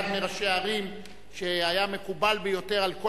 אחד מראשי הערים שהיה מקובל ביותר על כל